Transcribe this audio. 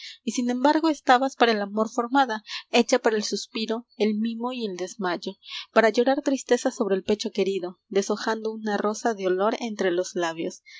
enamorado y sin embargo estabas para el amor formada hecha para el suspiro el mimo y el desmayo para llorar tristeza sobre el pecho querido deshojando una rosa de olor entre los labiospara